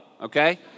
okay